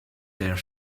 their